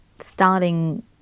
starting